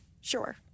Sure